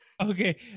Okay